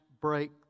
break